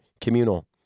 communal